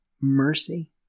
mercy